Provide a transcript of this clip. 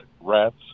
rats